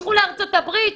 לכו לארצות הברית,